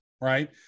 right